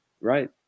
right